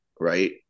right